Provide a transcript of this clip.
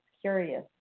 curious